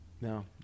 no